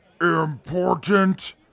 IMPORTANT